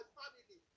family